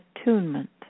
attunement